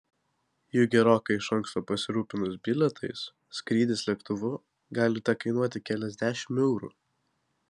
juk gerokai iš anksto pasirūpinus bilietais skrydis lėktuvu gali tekainuoti keliasdešimt eurų